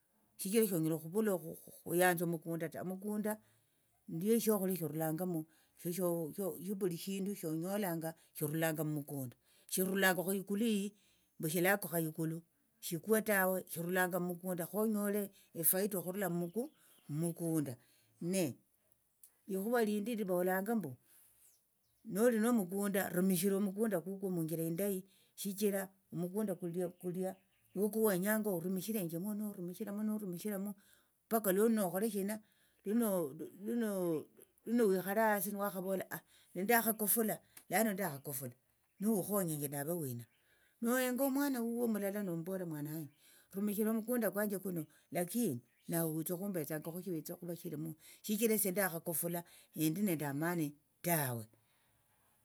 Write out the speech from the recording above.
Shichira shonyala okuvula okhu okhuyanza omukunda ta omukunda neiyo shokhulia shirulangamu vulishindu shonyolanga shirulanga mukunda shirulangakho ikulu iii mbu shilakukha ikulu shikwe tawe shirulanga mukunda khonyole efaita okhurula muku mukunda ne likhuva lindi livolanga mbu noli nomukunda rumishira omukunda kukwo munjira indayi shichira mukunda kulia kulia nuko kuwenyanga orumishirenjemo norumushiramo norumishiramo paka lunokholeshina lunowikhale hasi nuwakhavola nindakhakofula lano ndakhakofula nohukhonyenje nave wina nohenga omwana huo nomumbolera mwana wanje rumishira omukunda kwanje kuno lakini nawe witse okhumbetsangakho shiwitsa okhuva shilimu shichira esie ndakhakofula shendi nende amani tawe.